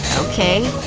okay,